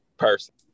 person